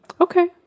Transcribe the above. Okay